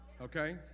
Okay